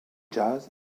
jazz